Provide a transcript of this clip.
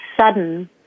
sudden